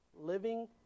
living